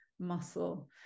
muscle